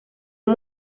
uyu